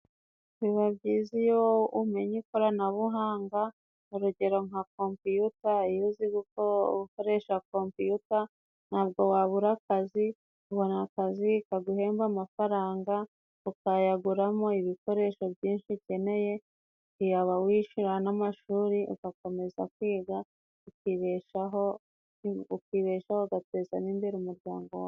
Biba byiza iyo umenye ikoranabuhanga, urugero nka compiyuta, iyo uzi uko gukoresha kompiyuta ntabwo wabura akazi, ubona akazi kaguhemba amafaranga ukayaguramo ibikoresho byinshi ukeneye, yaba wishyura n'amashuri ugakomeza kwiga, ukibeshaho, ukibeshaho ugateza n'imbere umuryango wawe.